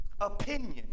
opinion